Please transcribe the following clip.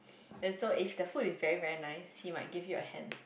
then so if the food is very very nice he might give you a hand